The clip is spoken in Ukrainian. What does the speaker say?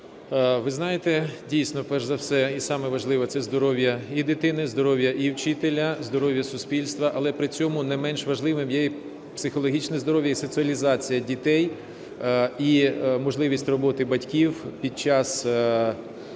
Ви знаєте, дійсно, перш за все і саме важливе – це здоров'я і дитини, здоров'я і вчителя, здоров'я суспільства. Але при цьому не менш важливим є і психологічне здоров'я, і соціалізації дітей, і можливість роботи батьків і заробляти